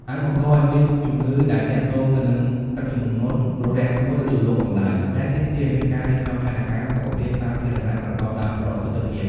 អាចបង្កឱ្យមានជំងឺដែលទាក់ទងទៅនឹងទឹកជំនន់ គ្រោះរាំងស្ងួត ឬរលកកម្តៅ ដែលទាមទារឱ្យមានការរៀបចំផែនការសុខភាពសាធារណៈប្រកបដោយប្រសិទ្ធភាព។